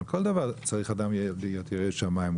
על כל דבר צריך אדם להיות ירא שמיים.